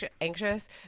anxious